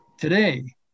today